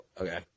Okay